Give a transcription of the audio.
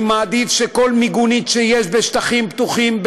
אני מעדיף שכל מיגונית שיש בשטחים פתוחים,